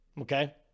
okay